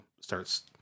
starts